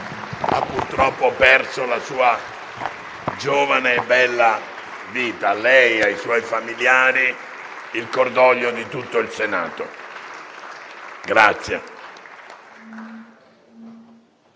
purtroppo ha perso la sua giovane e bella vita. A lei e ai suoi familiari va il cordoglio di tutto il Senato.